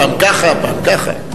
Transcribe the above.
פעם ככה, פעם ככה.